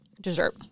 dessert